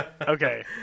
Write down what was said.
Okay